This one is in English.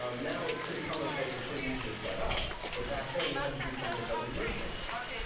um now, it's pretty common place and pretty easy to set up, but back then, you had to do something called a merchant account.